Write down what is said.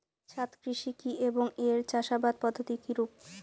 ছাদ কৃষি কী এবং এর চাষাবাদ পদ্ধতি কিরূপ?